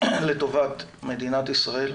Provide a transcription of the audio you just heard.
לטובת מדינת ישראל.